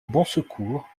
bonsecours